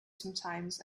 sometimes